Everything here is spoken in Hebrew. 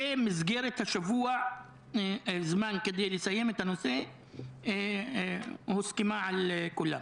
ומסגרת של שבוע זמן כדי לסיים את הנושא הוסכמה על כולם.